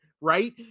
right